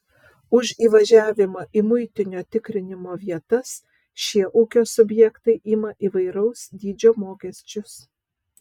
už įvažiavimą į muitinio tikrinimo vietas šie ūkio subjektai ima įvairaus dydžio mokesčius